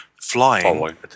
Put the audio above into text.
flying